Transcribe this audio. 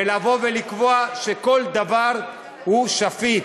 ולקבוע שכל דבר הוא שפיט.